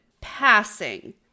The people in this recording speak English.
passing